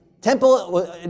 temple